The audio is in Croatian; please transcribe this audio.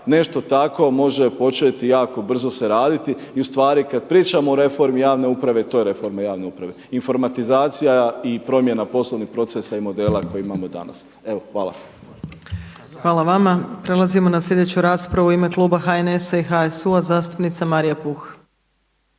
nešto tako može početi tako jako brzo se raditi i ustvari kada pričamo o reformi javne uprave to je reforma javne uprave, informatizacija i promjena poslovnih procesa i modela koji imamo danas. Hvala. **Opačić, Milanka (SDP)** Hvala vama. Prelazimo na sljedeću raspravu. U ime kluba HNS-HSU-a zastupnica Marija Puh.